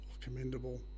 commendable